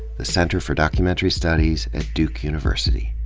the center for documentary studies at duke university